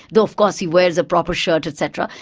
though of course he wears a proper shirt, etc,